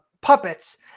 puppets